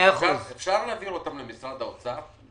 אפשר להעביר אותם למשרד האוצר?